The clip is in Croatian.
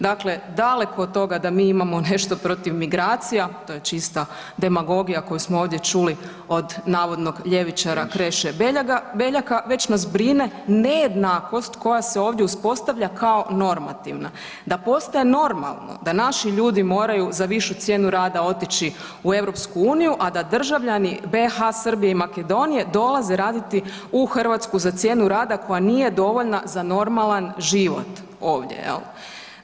Dakle, daleko od toga da mi imamo nešto protiv migracija, to je čista demagogija koju smo ovdje čuli od navodnog ljevičara Kreše Beljaka već nas brine nejednakost koja se ovdje uspostavlja kao normativna, da postaje normalno da naši ljudi moraju za višu cijenu rada otići u EU, a da državljani BH, Srbije i Makedonije, dolaze raditi u Hrvatsku za cijenu rada koja nije dovoljna za normalan život ovdje, je li?